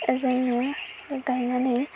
जोंनो गायनानै